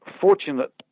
fortunate